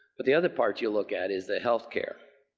but the other parts you'll look at is the healthcare.